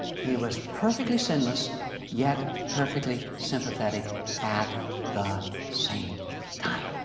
he was perfectly sinless yet perfectly sympathetic at the same time.